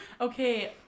Okay